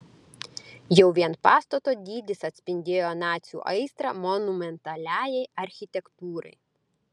jau vien pastato dydis atspindėjo nacių aistrą monumentaliajai architektūrai